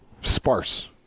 sparse